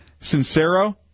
Sincero